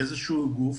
איזשהו גוף